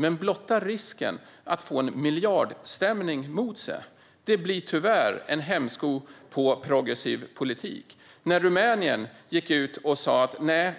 Men blotta risken att få en miljardstämning mot sig blir tyvärr en hämsko på progressiv politik. När Rumänien gick ut och sa: